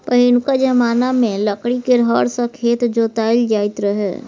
पहिनुका जमाना मे लकड़ी केर हर सँ खेत जोताएल जाइत रहय